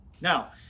Now